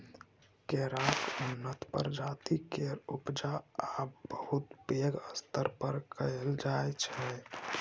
केराक उन्नत प्रजाति केर उपजा आब बहुत पैघ स्तर पर कएल जाइ छै